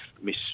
Miss